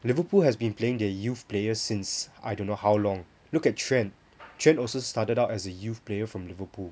Liverpool has been playing their youth players since I don't know how long look at trent trent also started out as a youth player from Liverpool